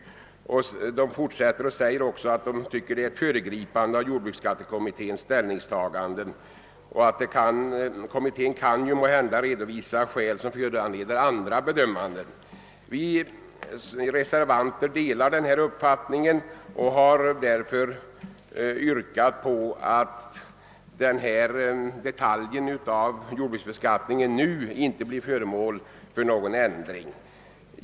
Kammarrätten fortsätter med att säga, att den anser att detta innebär ett föregripande av jordbruksskattekommitténs ställningstagande och att kommittén kan komma att redovisa skäl som föranleder andra bedömningar. Vi reservanter delar denna uppfattning och har därför yrkat att denna detalj av jordbruksbeskattningen inte nu blir föremål för någon ändring.